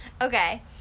Okay